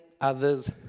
others